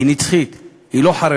היא נצחית, היא לא חרבה.